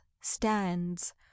stands